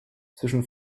zwischen